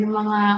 mga